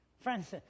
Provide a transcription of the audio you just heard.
Friends